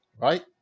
right